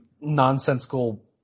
nonsensical